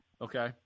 Okay